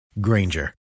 Granger